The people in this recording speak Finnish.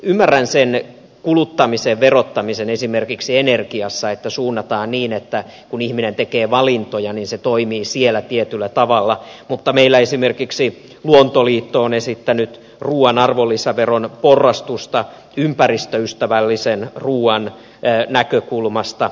ymmärrän sen kuluttamisen verottamisen esimerkiksi energiassa että suunnataan niin että kun ihminen tekee valintoja se toimii siellä tietyllä tavalla mutta meillä esimerkiksi luontoliitto on esittänyt ruuan arvonlisäveron porrastusta ympäristöystävällisen ruuan näkökulmasta